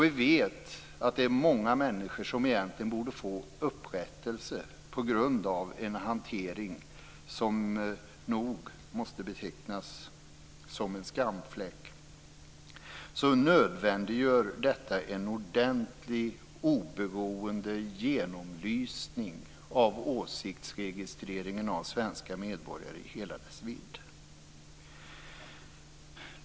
Vi vet att det är många människor som borde få upprättelse på grund av en hantering som måste betecknas som en skamfläck. Det nödvändiggör en ordentlig, oberoende genomlysning av åsiktsregistreringen i hela dess vidd av svenska medborgare.